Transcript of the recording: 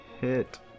hit